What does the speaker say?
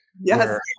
Yes